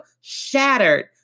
shattered